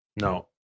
No